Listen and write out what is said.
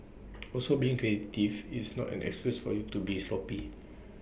also being creative is not an excuse for you to be sloppy